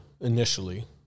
initially